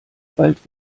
bald